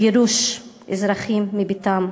"גירוש אזרחים מביתם.